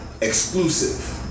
exclusive